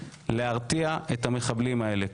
להרתיע את המחבלים האלה.